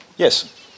Yes